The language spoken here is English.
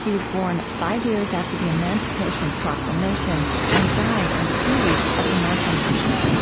he was born five years after the emancipation proclamation and died on the eve of the march on washington